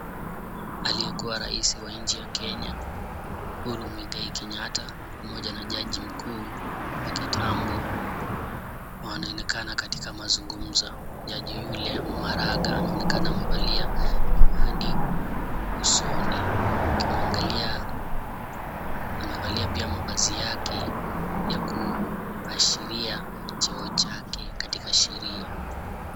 Aliyekuwa rais wa Kenya Uhuru Mwigai Kenyatta pamoja na jaji mkuu wa kitambo na wanaonekana katika mazungumzo. Jaji yule Maraga anaonekana amevalia miwani usoni. Ukimwangalia amevalia pia mavazi yake ya kuashiria cheo chake katika sheria.